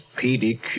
pdq